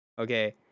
Okay